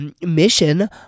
mission